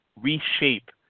reshape